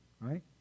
right